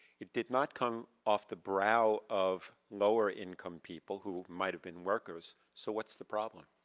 it did not come off the brow of lower income people, who might have been workers, so what's the problem?